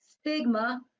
Stigma